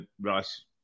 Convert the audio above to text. Rice